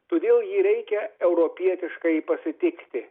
todėl jį reikia europietiškai pasitikti